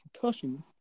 concussion